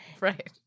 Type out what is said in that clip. Right